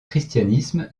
christianisme